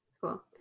cool